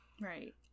Right